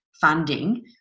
funding